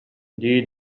дии